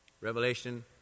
Revelation